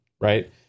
right